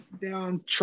down